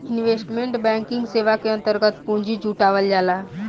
investment banking सेवा के अंतर्गत पूंजी जुटावल जाला